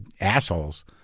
assholes